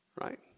right